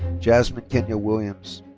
jasmine kenya williams.